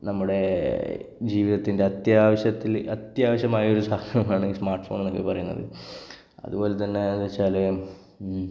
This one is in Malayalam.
നമ്മുടെ ജീവിതത്തിന്റെ അത്യാവശ്യത്തിൽ അത്യാവശ്യമായൊരു സാധനമാണ് ഈ സ്മാര്ട്ട് ഫോണെന്നൊക്കെ പറയുന്നത് അതുപോലെ തന്നെ അതെന്നു വെച്ചാൽ